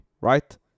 right